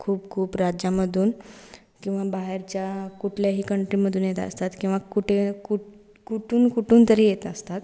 खूप खूप राज्यामधून किंवा बाहेरच्या कुठल्याही कंट्रीमधून येत असतात किंवा कुठे कुठं कुठून कुठून तरी येत असतात